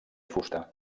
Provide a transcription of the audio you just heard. fusta